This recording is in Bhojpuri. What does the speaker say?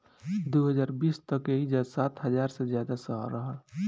दू हज़ार बीस तक एइजा सात हज़ार से ज्यादा शहर रहल